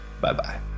Bye-bye